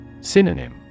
Synonym